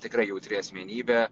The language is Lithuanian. tikrai jautri asmenybė